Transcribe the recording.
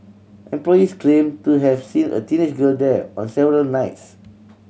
employees claimed to have seen a teenage girl there on several nights